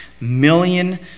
million